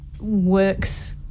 works